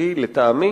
שהיא לטעמי